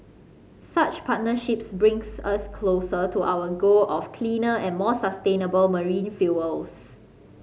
such partnerships brings us closer to our goal of cleaner and more sustainable marine fuels